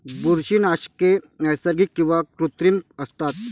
बुरशीनाशके नैसर्गिक किंवा कृत्रिम असतात